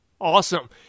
Awesome